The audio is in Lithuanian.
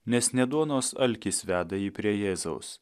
nes ne duonos alkis veda jį prie jėzaus